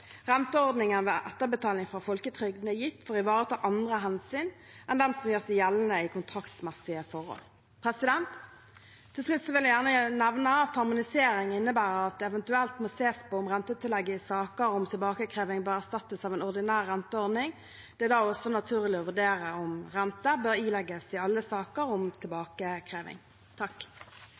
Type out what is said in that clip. ved etterbetaling fra folketrygden er gitt for å ivareta andre hensyn enn dem som gjør seg gjeldende i kontraktsmessige forhold. Til slutt vil jeg gjerne nevne at «harmonisering» innebærer at det eventuelt må ses på om rentetillegget i saker om tilbakekreving bør erstattes av en ordinær renteordning. Det er da også naturlig å vurdere om rente bør ilegges i alle saker om tilbakekreving.